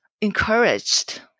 encouraged